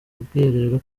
bwiherero